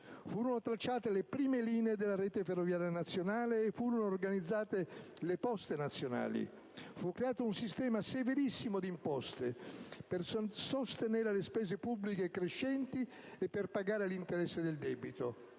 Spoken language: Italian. Furono tracciate le prime linee della rete ferroviaria nazionale. Furono organizzate le Poste nazionali. Fu creato un sistema severissimo di imposte per sostenere spese pubbliche crescenti e per pagare l'interesse del debito.